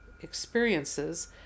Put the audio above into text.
experiences